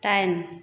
दाइन